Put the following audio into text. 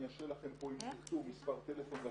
אני אשאיר לכם פה אם תרצו מספר טלפון.